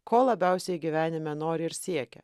ko labiausiai gyvenime nori ir siekia